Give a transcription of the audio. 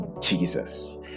Jesus